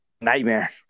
nightmare